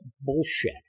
bullshit